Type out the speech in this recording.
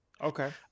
Okay